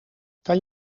kan